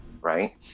right